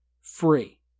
free